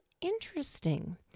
interesting